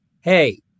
Hey